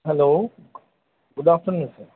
hello good after noon sir